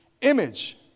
image